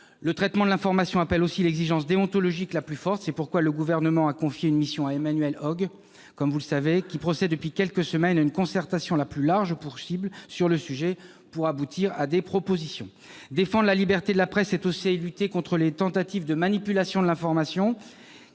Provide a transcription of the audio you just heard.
Le traitement de l'information appelle aussi l'exigence déontologique la plus forte. C'est pourquoi le Gouvernement a confié une mission à Emmanuel Hoog, qui procède depuis quelques semaines à la concertation la plus large possible sur le sujet, pour aboutir à des propositions. Défendre la liberté de la presse, c'est aussi lutter contre les tentatives de manipulation de l'information